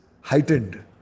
heightened